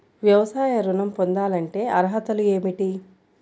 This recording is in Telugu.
వ్యవసాయ ఋణం పొందాలంటే అర్హతలు ఏమిటి?